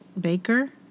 baker